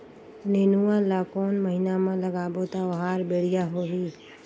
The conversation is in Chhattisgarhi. नेनुआ ला कोन महीना मा लगाबो ता ओहार बेडिया होही?